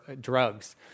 drugs